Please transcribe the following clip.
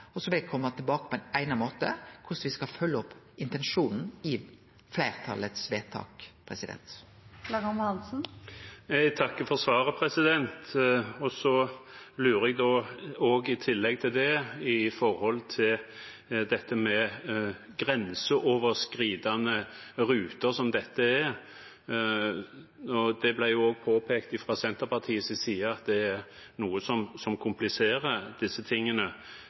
og så vil eg kome tilbake på eigna måte med korleis me skal følgje opp intensjonen i fleirtalsvedtaket. Jeg takker for svaret. Så lurer jeg på, i tillegg til det, når det gjelder grenseoverskridende ruter, som dette er – det ble også påpekt fra Senterpartiets side at det er noe som kompliserer disse tingene: